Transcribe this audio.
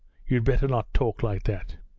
you'd better not talk like that